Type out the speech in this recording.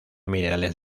minerales